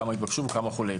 כמה התבקשו וכולי.